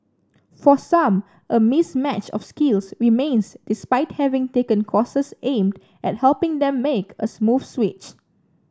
for some a mismatch of skills remains despite having taken courses aimed at helping them make a smooth switch